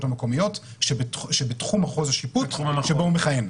המקומיות שבתחום מחוז השיפוט שבו הוא מכהן.